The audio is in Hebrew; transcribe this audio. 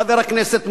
חבר הכנסת מולה.